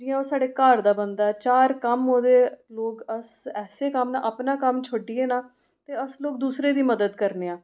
जियां ओह् साढ़ा घर दा बंदा ऐ चार कम्म ओह्दे लोक अस ऐसे कम्म न अपना कम्म छड्ढियै ना ते अस लोक दूसरे दी मदद करने आं